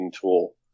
tool